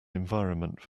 environment